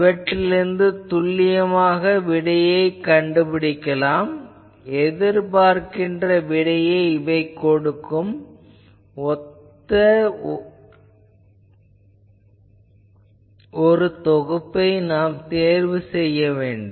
இவற்றிலிருந்து துல்லியமாக விடையைக் காட்டும் எதிர்பார்க்கின்ற விடையைக் கொடுக்கும் ஒத்த ஒரு தொகுப்பைத் தேர்வு செய்ய வேண்டும்